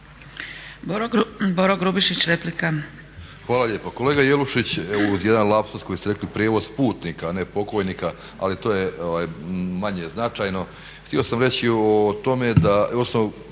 **Grubišić, Boro (HDSSB)** Hvala lijepo. Kolega Jelušić, uz jedan lapsus koji ste rekli, prijevoz putnika, a ne pokojnika, ali to je manje značajno htio sam reći o tome,